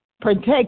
protect